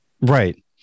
Right